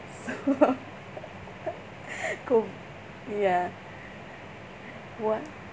so co~ ya what